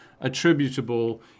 attributable